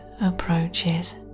approaches